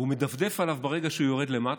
והוא מדפדף בו ברגע שהוא יורד למטה,